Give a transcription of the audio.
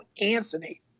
Anthony